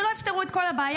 שלא יפתרו את כל הבעיה,